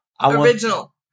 Original